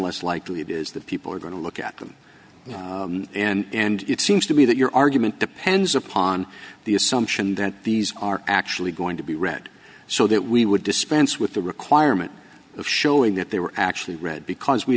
less likely it is that people are going to look at them and it seems to me that your argument depends upon the assumption that these are actually going to be read so that we would dispense with the requirement of showing that they were actually read because we